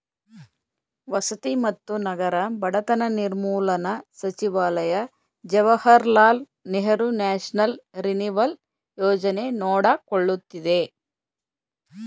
ವಸತಿ ಮತ್ತು ನಗರ ಬಡತನ ನಿರ್ಮೂಲನಾ ಸಚಿವಾಲಯ ಜವಾಹರ್ಲಾಲ್ ನೆಹರು ನ್ಯಾಷನಲ್ ರಿನಿವಲ್ ಯೋಜನೆ ನೋಡಕೊಳ್ಳುತ್ತಿದೆ